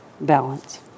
balance